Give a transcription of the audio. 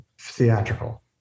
theatrical